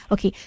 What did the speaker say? Okay